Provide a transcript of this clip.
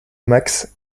max